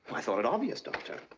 i thought it obvious, doctor.